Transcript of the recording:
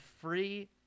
free –